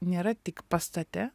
nėra tik pastate